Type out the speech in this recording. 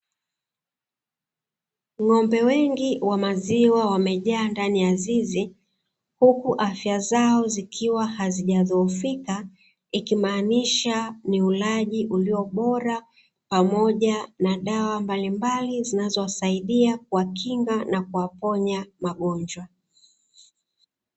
Ng'ombe wengi wa maziwa wamejaa ndani ya zizi, huku afya zao zikiwa hazijadhoofika, ikimaanisha ni ulaji ulio bora, pamoja na dawa mbalimbali, zinazowasaidia kuwakinga na kuwaponya magonjwa.